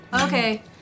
Okay